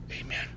Amen